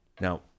Now